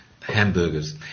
hamburgers